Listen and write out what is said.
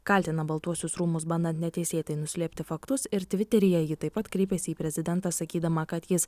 kaltina baltuosius rūmus bandant neteisėtai nuslėpti faktus ir tviteryje ji taip pat kreipėsi į prezidentą sakydama kad jis